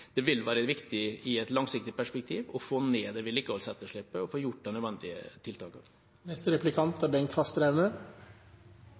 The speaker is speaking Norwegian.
det vil være viktig i et langsiktig perspektiv å få ned det vedlikeholdsetterslepet og få gjort de nødvendige